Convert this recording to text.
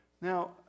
Now